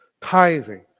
tithing